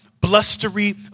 blustery